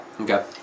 Okay